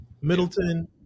Middleton